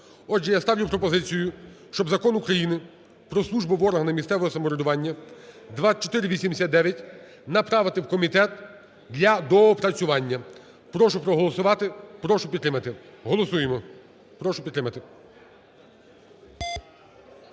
Отже, я ставлю пропозицію, щоб Закон України "Про службу в органах місцевого самоврядування" (2489) направити у комітет для доопрацювання. Прошу проголосувати, прошу підтримати. Голосуємо. Прошу підтримати.